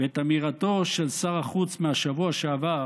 ועל אמירתו מהשבוע שעבר